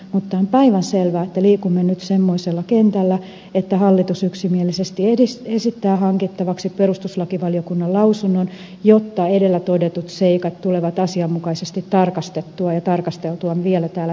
mutta on päivänselvää että liikumme nyt semmoisella kentällä että hallitus yksimielisesti esittää hankittavaksi perustuslakivaliokunnan lausunnon jotta edellä todetut seikat tulevat asianmukaisesti tarkastettua ja tarkasteltua vielä täällä eduskunnassakin